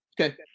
Okay